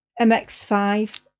MX5